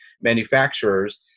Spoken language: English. manufacturers